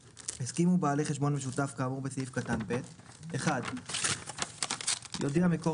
הסכימו בעלי חשבון משות כאמור בסעיף קטן (ב) - יודיע מקור